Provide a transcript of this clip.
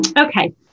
Okay